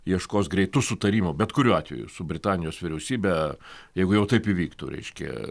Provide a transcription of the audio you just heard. ieškos greitų sutarimų bet kuriuo atveju su britanijos vyriausybe jeigu jau taip įvyktų reiškia